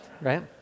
right